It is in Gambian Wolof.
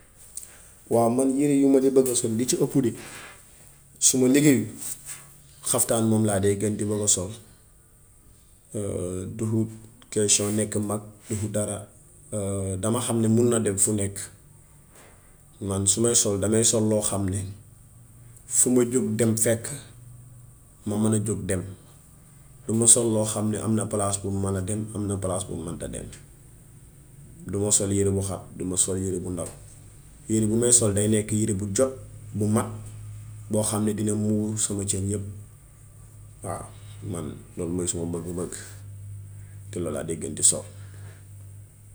Waaw man yëre yi ma de bëgg a sol yi ci ëpp de su ma liggéeyul xaftaan moom laa dee gën di bëgg a sol. Duhu question nekk mag, duhu dara. Dama xam ni mun na dem fu nekk. Man su may sol damay sol loo xam ne, fu ma jóg dem fekk ma man a jóg dem, duma sol loo xam ne am na palaas bum man a dem, am na palaas bum mënta dem. Duma sol yëre bu xat, duma sol yëre bu ndaw. Yëre bi may sol day nekk yëre bu jot, bu mag boo xam ne dina muur sama cër yépp. Waaw man loolu mooy saa bëgg-bëgg, te lool laa dee gën di sol.